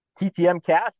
ttmcast